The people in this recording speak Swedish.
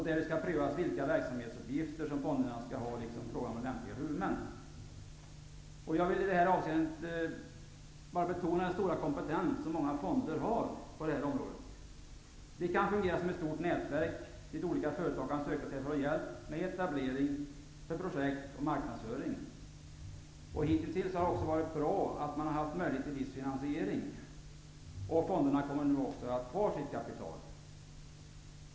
Därvid skall prövas vilka verksamhetsuppgifter som fonderna skall ha liksom frågan om lämpliga huvudmän. Jag vill i det avseendet betona den stora kompetens som många fonder har på detta område. De kan fungera som ett stort nätverk, dit olika företag kan söka sig för att få hjälp med etablering, projekt och marknadsföring. Det har också varit bra att man haft möjlighet till viss finansiering. Fonderna kommer nu också att ha kvar sitt kapital.